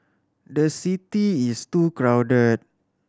the city is too crowded